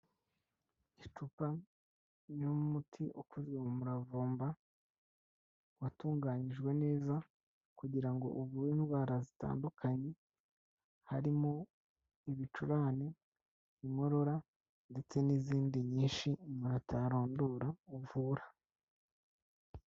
Icupa y'umuti ukozwe mu muravumba watunganyijwe neza, kugira ngo uvure indwara zitandukanye harimo; ibicurane, inkorora ndetse n'izindi nyinshi umuntu atarondora uvura.